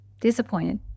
disappointed